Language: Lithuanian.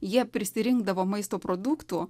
jie prisirinkdavo maisto produktų